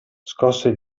scosse